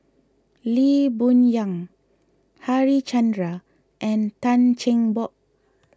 Lee Boon Yang Harichandra and Tan Cheng Bock